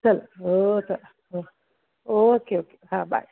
चल हो चला हो ओके ओके हा बाय